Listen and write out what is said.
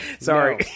Sorry